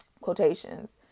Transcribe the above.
quotations